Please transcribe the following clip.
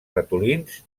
ratolins